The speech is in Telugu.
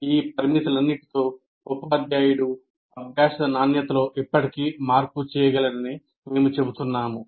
ఈ పరిమితులన్నిటితో ఉపాధ్యాయుడు అభ్యాస నాణ్యతలో ఇప్పటికీ మార్పు చేయగలడని మేము చెబుతున్నాము